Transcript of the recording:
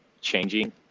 changing